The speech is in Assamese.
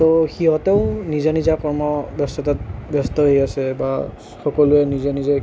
তো সিহঁতেও নিজা নিজা কৰ্ম ব্যস্ততাত ব্যস্ত হৈ আছে বা সকলোৱে নিজৰ নিজৰ